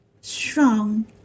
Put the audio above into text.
strong